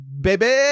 baby